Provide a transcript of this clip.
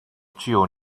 具有